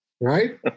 right